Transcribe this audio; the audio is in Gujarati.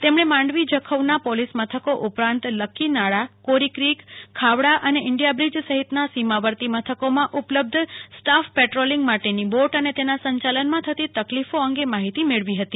તેમણે માંડવી જખનાં પોલીસ મથકો ઉપરાંત લાક્કીનાલા કોરી ક્રિક ખાવડા અને ઇન્ડિયા બ્રિજ સહિતના સીમાવર્તી મથકોમાં ઉપલબ્ધ સ્ટાફ પેટ્રોલીગ માટેની બોટ અને તેના સંચાલનમાં થતી તકલીફો અંગે માહિતી મેળવી હતી